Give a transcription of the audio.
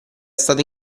stato